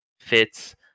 fits